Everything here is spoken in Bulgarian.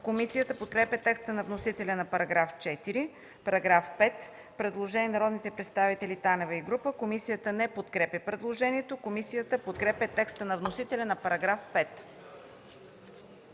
Комисията подкрепя текста на вносителя за § 4. По § 5 има предложение на народните представители Танева и група. Комисията не подкрепя предложението. Комисията подкрепя текста на вносителя за § 5.